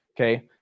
Okay